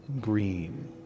green